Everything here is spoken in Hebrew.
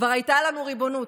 כבר הייתה לנו ריבונות.